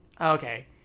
okay